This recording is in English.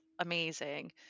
amazing